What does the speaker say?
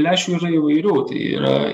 lęšių yra įvairių tai yra